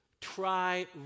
try